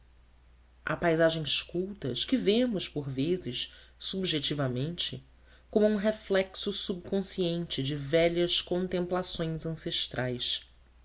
trabalho há paisagens cultas que vemos por vezes subjetivamente como um reflexo subconsciente de velhas contemplações ancestrais